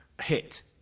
Hit